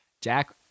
Jack